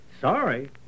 Sorry